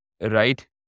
right